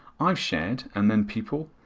i have shared and then people,